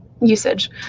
usage